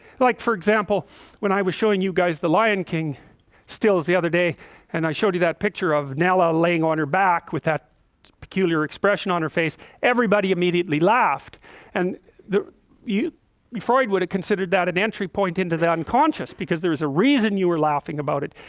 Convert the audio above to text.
like for example when i was showing you guys the lion king stills the other day and i showed you that picture of nella laying on her back with that peculiar expression on her face everybody immediately laughed and the you be freud would have considered that an entry point into the unconscious because there is a reason you were laughing about it.